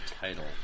title